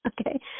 Okay